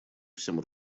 всем